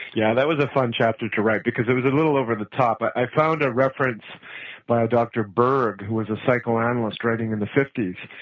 yeah, that was a fun chapter to write, because it was a little over the top. i found a reference by dr. berg who was a psychoanalyst writing in the fifty s,